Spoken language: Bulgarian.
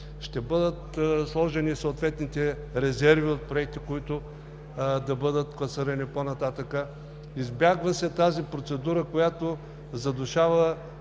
ще бъдат сложени съответните резерви от проекти, които да бъдат класирани по-нататък. Избягва се тази процедура, която задушава